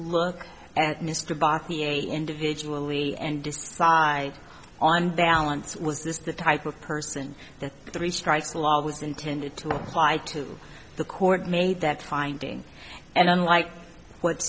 look at mr barkley a individually and decide on balance was this the type of person that the three strikes law was intended to apply to the court made that finding and unlike wh